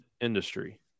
industry